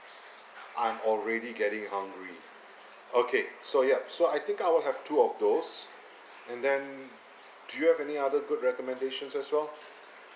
I'm already getting hungry okay so ya so I think I'll have two of those and then do you have any other good recommendations as well